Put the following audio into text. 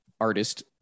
Artist